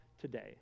today